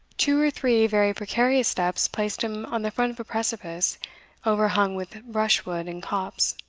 two or three very precarious steps placed him on the front of a precipice overhung with brushwood and copse.